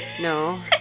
No